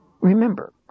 remember